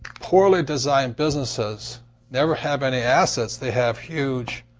poorly-designed businesses never have any assets. they have huge